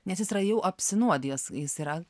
nes jis yra jau apsinuodijęs jis yra